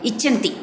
इच्छन्ति